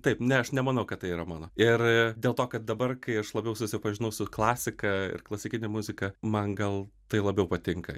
taip ne aš nemanau kad tai yra mano ir dėl to kad dabar kai aš labiau susipažinau su klasika ir klasikine muzika man gal tai labiau patinka